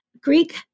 Greek